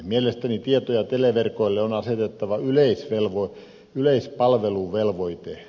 mielestäni tieto ja televerkoille on asetettava yleispalveluvelvoite